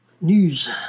News